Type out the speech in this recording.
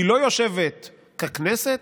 היא לא יושבת ככנסת,